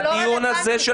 זה הדיון הזה,